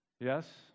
Yes